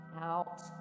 out